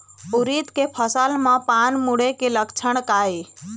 उरीद के फसल म पान मुड़े के लक्षण का ये?